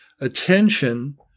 attention